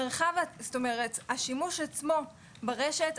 השימוש עצמו ברשת,